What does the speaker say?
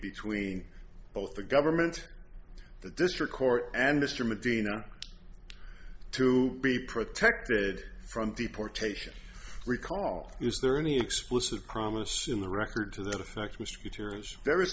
between both the government the district court and mr medina to be protected from deportation recall was there any explicit promise in the record to that effect was skeeters there is